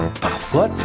Parfois